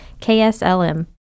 KSLM